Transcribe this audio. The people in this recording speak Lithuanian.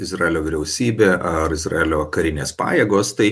izraelio vyriausybė ar izraelio karinės pajėgos tai